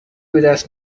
بدست